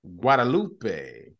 Guadalupe